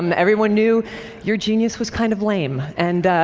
um everyone knew your genius was kind of lame. and